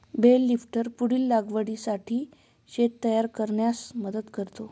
bell lifter पुढील लागवडीसाठी शेत तयार करण्यास मदत करते